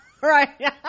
right